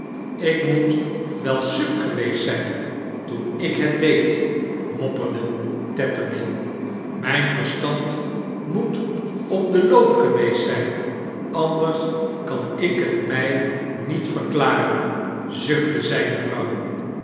ik moet wel suf geweest zijn toen ik het deed mopperde tetterby mrjn verstand moet op den loop geweest zijn anders kan ik t mij niet verklaren zuchtte zijne vrouw